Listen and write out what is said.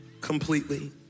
completely